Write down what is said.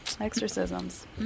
exorcisms